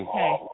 Okay